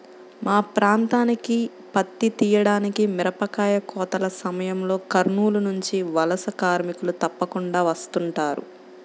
మా ప్రాంతానికి పత్తి తీయడానికి, మిరపకాయ కోతల సమయంలో కర్నూలు నుంచి వలస కార్మికులు తప్పకుండా వస్తుంటారు